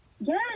Yes